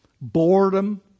boredom